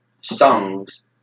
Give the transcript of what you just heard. songs